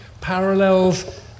Parallels